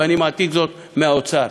ואני מעתיק זאת מהאוצר.